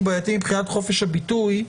הוא בעייתי מבחינת חופש הביטוי,